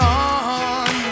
on